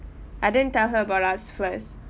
I didn't tell her about us first